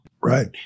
Right